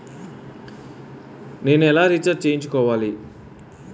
నేను ఎలా రీఛార్జ్ చేయించుకోవాలి?